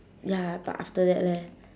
ya but after that leh